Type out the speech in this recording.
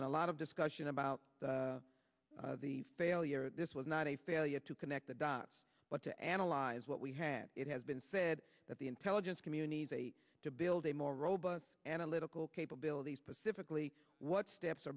been a lot of discussion about the failure this was not a failure to connect the dots but to analyze what we had it has been said that the intelligence community's eight to build a more robust analytical capabilities pacifically what steps